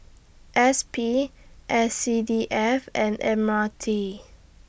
S P S C D F and M R T